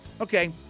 Okay